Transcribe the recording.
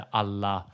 alla